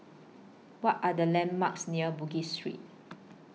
What Are The landmarks near Bugis Street